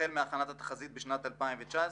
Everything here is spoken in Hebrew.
החל מהכנת התחזית בשנת 2019,